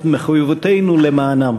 את מחויבותנו למענם.